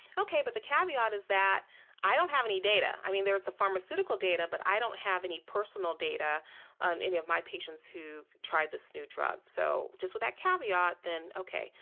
okay, but the caveat is that i don't have any data. i mean, there is a pharmaceutical data, but i don't have any personal data on any of my patients who tried this new drug. so just with that caveat, then okay,